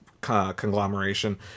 conglomeration